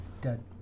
Dead